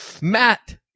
Matt